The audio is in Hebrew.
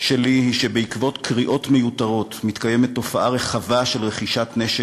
שלי היא שבעקבות קריאות מיותרות מתקיימת תופעה רחבה של רכישת כלי נשק,